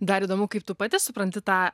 dar įdomu kaip tu pati supranti tą